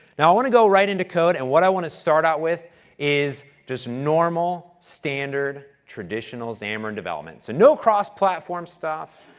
now, i want to go right into code and what i want to start out with is just normal, standard, traditional xamarin development. no cross platform stuff,